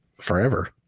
forever